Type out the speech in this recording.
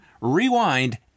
Rewind